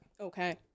Okay